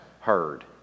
heard